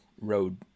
road